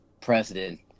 president